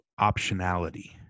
optionality